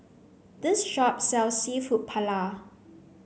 this shop sells Seafood Paella